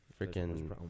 freaking